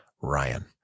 Ryan